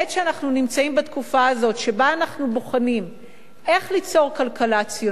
כשאנחנו נמצאים בתקופה הזו שבה אנחנו בוחנים איך ליצור כלכלה ציונית,